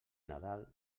nadal